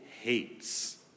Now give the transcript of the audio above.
hates